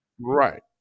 Right